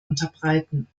unterbreiten